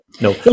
No